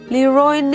Leroy